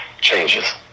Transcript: changes